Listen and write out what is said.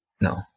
no